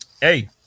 hey